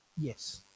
Yes